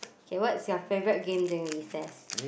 okay what's your favourite game during recess